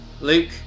Luke